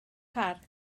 parc